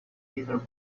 paper